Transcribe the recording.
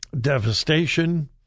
devastation